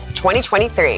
2023